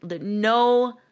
no